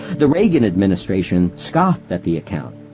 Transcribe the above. the reagan administration scoffed at the account,